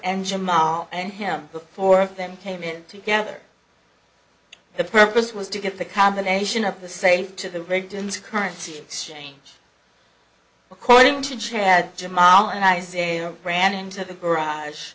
and jamal and him before them came in together the purpose was to get the combination of the safe to the victim's currency exchange according to chad jamal and isaac ran into the garage